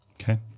Okay